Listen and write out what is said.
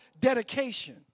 dedication